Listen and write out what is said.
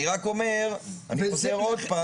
אני רק אומר, אני חוזר עוד פעם.